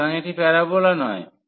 সুতরাং এটি প্যারাবোলা নয়